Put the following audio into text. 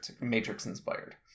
Matrix-inspired